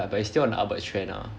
but it's still on upwards trend ah